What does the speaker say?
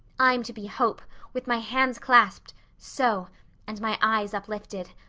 i'm to be hope, with my hands clasped so and my eyes uplifted.